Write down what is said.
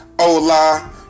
Hola